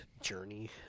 journey